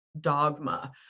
dogma